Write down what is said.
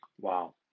Wow